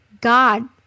God